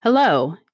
Hello